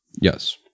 Yes